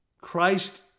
Christ